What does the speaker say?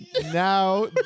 now